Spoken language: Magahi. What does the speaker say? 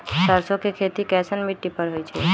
सरसों के खेती कैसन मिट्टी पर होई छाई?